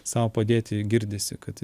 sau padėti girdisi kad